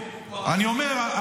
אני אומר,